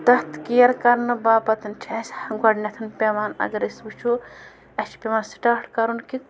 تَتھ کِیَر کَرنہٕ باپَتَن چھِ اَسہِ گۄڈٕنٮ۪تھ پٮ۪وان اَگر أسۍ وٕچھو اَسہِ چھِ پٮ۪وان سِٹاٹ کَرُن کہِ